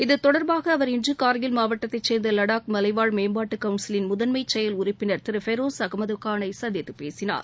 இத்தொடர்பாக அவர் இன்று கார்கில் மாவட்டத்தை சேர்ந்த லடாக் மலைவாழ் மேம்பாட்டு கவுன்சிலின் செயல் உறப்பினர் முதன்மை திரு பெரோஷ் அகமது கானை சந்தித்துப் பேசினார்